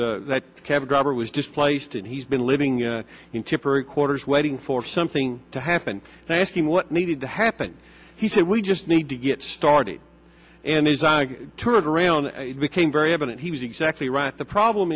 his cab driver was displaced and he's been living in temporary quarters waiting for something to happen and asking what needed to happen he said we just need to get started and the zajac turned around it became very evident he was exactly right the problem